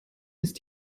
ist